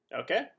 Okay